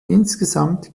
insgesamt